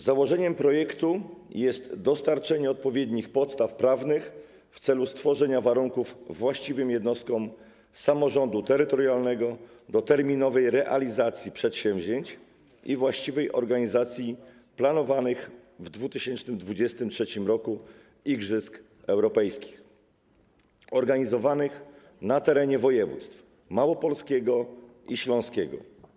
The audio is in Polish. Założeniem projektu jest dostarczenie odpowiednich podstaw prawnych w celu stworzenia warunków właściwym jednostkom samorządu terytorialnego do terminowej realizacji przedsięwzięć i właściwej organizacji planowanych na 2023 r. igrzysk europejskich, które mają odbywać się na terenie województw małopolskiego i śląskiego.